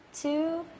Two